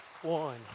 One